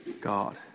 God